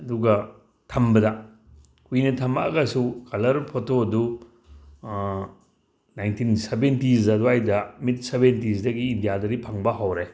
ꯑꯗꯨꯒ ꯊꯝꯕꯗ ꯀꯨꯏꯅ ꯊꯝꯃꯛꯑꯒꯁꯨ ꯀꯂ꯭ꯔ ꯐꯣꯇꯣꯗꯨ ꯅꯥꯏꯟꯇꯤꯟ ꯁꯕꯦꯟꯇꯤꯁ ꯑꯗ꯭ꯋꯥꯏꯗ ꯃꯤꯠ ꯁꯕꯦꯟꯇꯤꯁꯇꯒꯤ ꯏꯟꯗꯤꯌꯥꯗꯗꯤ ꯐꯪꯕ ꯍꯧꯔꯦ